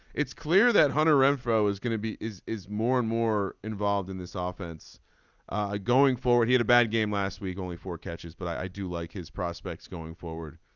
it's clear that hunter renfro is gonna be is is more and more involved in this ah offense going forward. he had a bad game last week only four catches but i do like his prospects going forward.